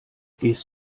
gehst